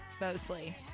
Mostly